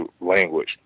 language